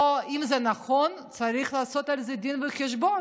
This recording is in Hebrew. או, אם זה נכון, צריך לעשות על זה דין וחשבון,